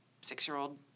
six-year-old